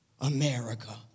America